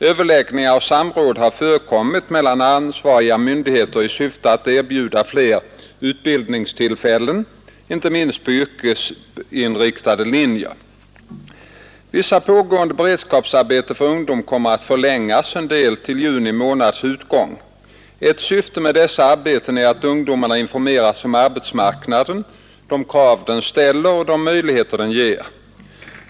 Överläggningar och samråd har förekommit mellan ansvariga myndigheter i syfte att erbjuda fler utbildningstillfällen, inte minst på yrkesinriktade linjer. Vissa pågående beredskapsarbeten för ungdom kommer att förlängas, en del till juni månads utgång. Ett syfte med dessa arbeten är att ge ungdomar information om arbetsmarknaden, de krav den ställer och de möjligheter den ger.